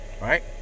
Right